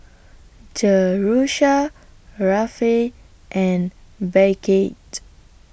Jerusha Rafe and Beckett